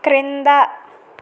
క్రింద